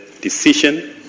decision